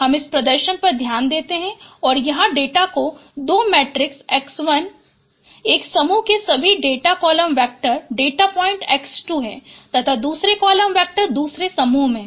हम इस प्रदर्शन पर ध्यान देते हैं और यहाँ डेटा को दो मैट्रिक्स X1 एक समूह के सभी डेटा कॉलम वेक्टर और डेटा पॉइंट X2 है तथा दुसरे कॉलम वेक्टर दुसरे समूह में है